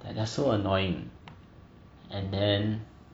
like they are so annoying and then